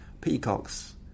Peacocks